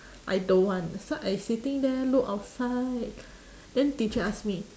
I don't want so I sitting there look outside then teacher ask me